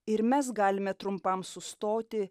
ir mes galime trumpam sustoti